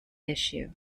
issue